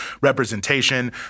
representation